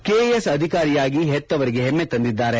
KAS ಅಧಿಕಾರಿಯಾಗಿ ಹೆತ್ತವರಿಗೆ ಹೆಮ್ಮೆ ತಂದಿದ್ದಾರೆ